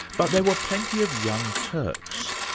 but there were plenty of young turks.